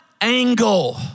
angle